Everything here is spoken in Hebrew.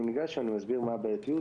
אני ניגש, אני מסביר מה הבעייתיות.